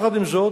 עם זאת,